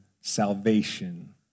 salvation